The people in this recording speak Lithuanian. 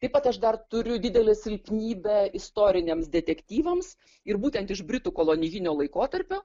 taip pat aš dar turiu didelę silpnybę istoriniams detektyvams ir būtent iš britų kolonijinio laikotarpio